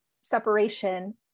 separation